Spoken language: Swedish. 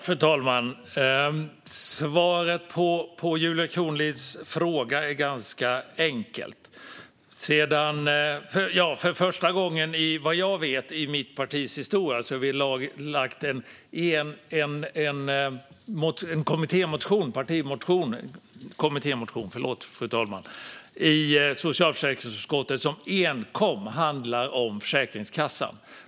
Fru talman! Svaret på Julia Kronlids fråga är ganska enkelt. För första gången i mitt partis historia - vad jag vet - har vi lagt fram en kommittémotion i socialförsäkringsutskottet som enkom handlar om Försäkringskassan.